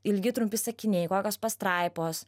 ilgi trumpi sakiniai kokios pastraipos